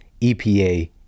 EPA